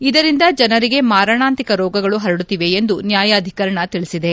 ಇದರಿಂದ ಜನರಿಗೆ ಮಾರಣಾಂತಿಕ ರೋಗಗಳು ಹರಡುತ್ತಿವೆ ಎಂದು ನ್ಯಾಯಾಧಿಕರಣ ತಿಳಿಸಿದೆ